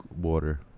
water